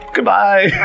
Goodbye